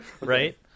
Right